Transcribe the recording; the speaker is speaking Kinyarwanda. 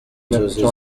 inzozi